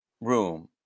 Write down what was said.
room